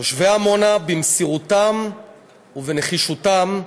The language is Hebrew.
תושבי עמונה, במסירותם ובנחישותם,